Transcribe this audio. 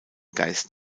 geist